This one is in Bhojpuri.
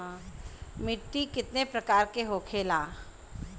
मिट्टी कितने प्रकार के होखेला?